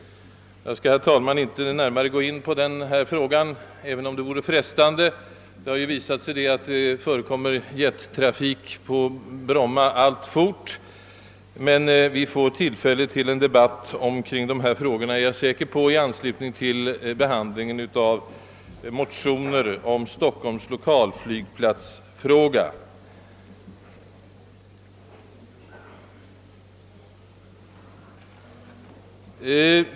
Jag skall inte närmare gå in på denna fråga även om det vore frestande. Det har ju till mångas förvåning visat sig att det alltfort förekommer jettrafik på Bromma, f.ö. i växande omfattning, vilket särskilt oroat breda grupper. Men jag är säker på att vi får tillfälle till en debatt tämligen snart kring dessa frågor i anslutning till behandlingen av motioner om Stockholms lokalflygplatsfråga.